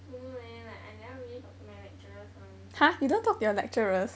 don't know leh like I never really talk to my lecturers [one]